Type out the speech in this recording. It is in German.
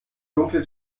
dunkle